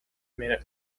minute